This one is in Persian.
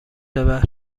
ببر